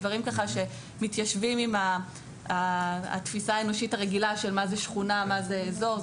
דברים שמתיישבים עם התפיסה האנושית הרגילה של מה זה שכונה ומה זה אזור.